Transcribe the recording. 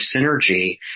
synergy